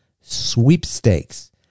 sweepstakes